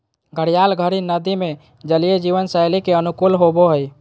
घड़ियाल बड़ी नदि में जलीय जीवन शैली के अनुकूल होबो हइ